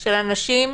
של אנשים